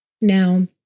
Now